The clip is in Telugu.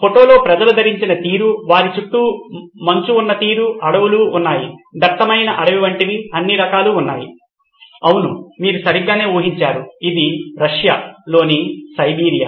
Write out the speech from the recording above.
ఫోటోలో ప్రజలు ధరించిన తీరు మరియు వారి చుట్టూ మంచు ఉన్న తీరు అడవులు ఉన్నాయి దట్టమైన అడవి వంటివి అన్ని రకాలు ఉన్నాయి అవును మీరు సరిగ్గానే ఊహించారు ఇది రష్యాలోని సైబీరియా